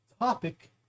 topic